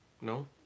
No